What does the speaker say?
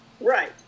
Right